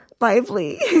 Lively